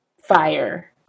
fire